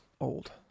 old